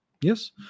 Yes